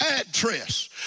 address